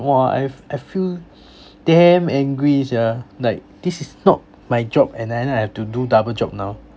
!wah! I f~ I feel damn angry sia like this is not my job and then I have to do double job now